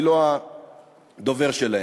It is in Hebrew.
אני לא הדובר שלהם.